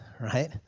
right